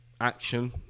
action